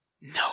No